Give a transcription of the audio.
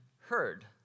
heard